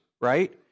right